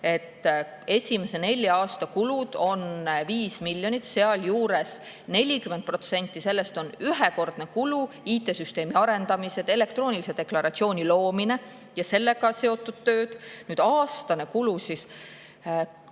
et esimese nelja aasta kulud on 5 miljonit, sealjuures 40% on ühekordne kulu: IT‑süsteemi arendamine, elektroonilise deklaratsiooni loomine ja sellega seotud tööd. Aastas on – ligi